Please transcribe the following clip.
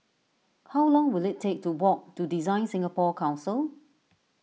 how long will it take to walk to Design Singapore Council